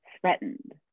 threatened